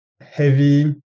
heavy